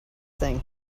thing